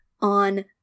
on